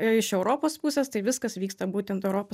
iš europos pusės tai viskas vyksta būtent europos